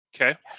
Okay